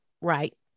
right